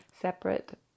separate